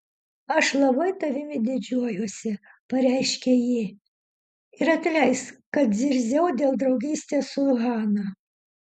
aš labai tavimi didžiuojuosi pareiškė ji ir atleisk kad zirziau dėl draugystės su hana